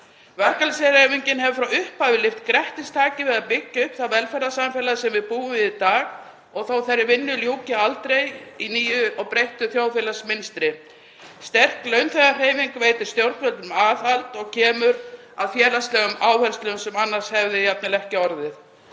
Verkalýðshreyfingin hefur frá upphafi lyft grettistaki við að byggja upp það velferðarsamfélag sem við búum við í dag þó að þeirri vinnu ljúki aldrei í nýju og breyttu þjóðfélagsmynstri. Sterk launþegahreyfing veitir stjórnvöldum aðhald og kemur að félagslegum áherslum sem annars hefði jafnvel ekki orðið.